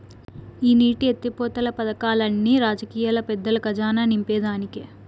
ఈ నీటి ఎత్తిపోతలు పదకాల్లన్ని రాజకీయ పెద్దల కజానా నింపేదానికే